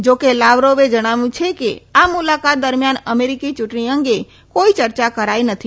જોકે લાવરોવે જણાવ્યું છે કે આ મુલાકાત દરમિયાન અમેરિકી ચૂંટણી અંગે કોઈ ચર્ચા કરાઈ નથી